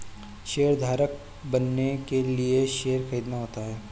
शेयरधारक बनने के लिए शेयर खरीदना होता है